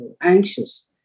anxious